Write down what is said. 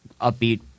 upbeat